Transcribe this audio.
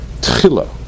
Tchila